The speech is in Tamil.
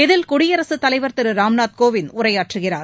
இதில் குடியரசுத் தலைவர் திரு ராம்நாத் கோவிந்த் உரையாற்றுகிறார்